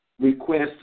request